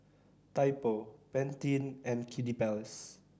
Typo Pantene and Kiddy Palace